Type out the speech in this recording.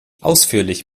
ausführlich